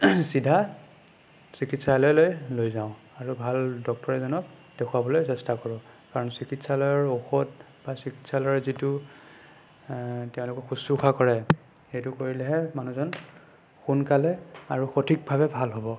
চিধা চিকিৎসালয়লৈ লৈ যাওঁ আৰু ভাল ডক্তৰ এজনক দেখুৱাবলৈ চেষ্টা কৰোঁ কাৰণ চিকিৎসালয়ৰ ঔষধ আৰু চিকিৎসালয়ৰ যিটো তেওঁলোকক শুশ্ৰূষা কৰে সেইটো কৰিলেহে মানুহজন সোনকালে আৰু সঠিকভাৱে ভাল হ'ব